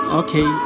okay